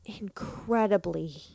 incredibly